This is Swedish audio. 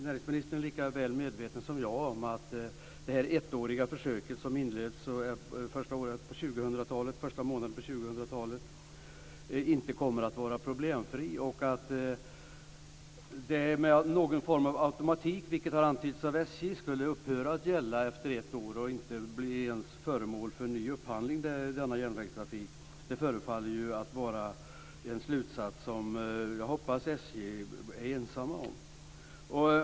Näringsministern är lika väl medveten som jag om att det ettåriga försök som inleds under de första månaderna på 2000-talet inte kommer att vara problemfritt. Med någon form av automatik, vilket har antytts av SJ, skulle det upphöra att gälla efter ett år och inte ens bli föremål för ny upphandling. Det förefaller att vara en slutsats som jag hoppas att SJ är ensamt om.